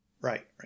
Right